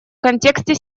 контексте